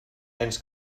cents